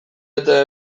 eta